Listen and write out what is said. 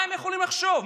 מה הם יכולים לחשוב?